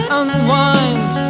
unwind